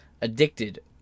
addicted